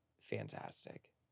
fantastic